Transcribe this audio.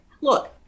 Look